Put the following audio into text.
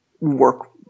work